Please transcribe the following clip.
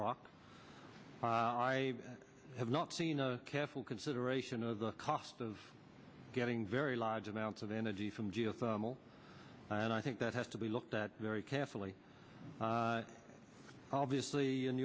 rock i have not seen a careful consideration of the cost of getting very large amounts of energy from geothermal and i think that has to be looked at very carefully obviously